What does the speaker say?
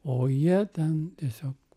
o jie ten tiesiog